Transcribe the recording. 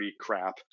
crap